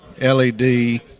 LED